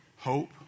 hope